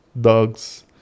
dogs